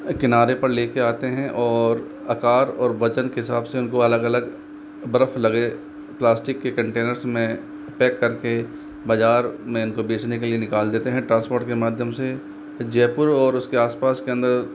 किनारे पर लेके आते हैं और आकार और वज़न के हिसाब से उनको अलग अलग बरफ़ लगे प्लास्टिक के कंटेनर्स में पैक करके बज़ार में इनको बेचने के लिए निकाल देते हैं ट्रांसपोर्ट के माध्यम से जयपुर और उसके आसपास के अंदर